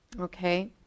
Okay